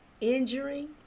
injuring